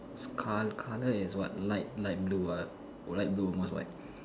car colour is what light light blue ah light blue almost white